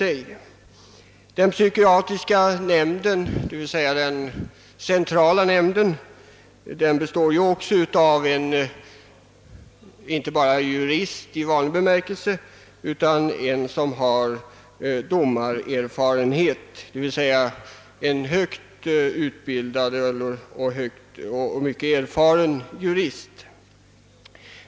I den psykiatriska nämnden, d. v. s. den centrala nämnden, ingår också såsom ordförande en person, som inte bara är jurist i vanlig bemärkelse utan dessutom har domarerfarenhet, d.v.s. en högt utbildad och mycket erfaren jurist.